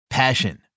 Passion